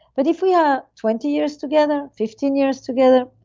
but if we have twenty years together, fifteen years together,